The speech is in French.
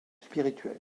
spirituelle